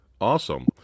Awesome